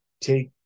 take